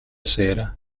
sera